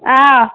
ஆ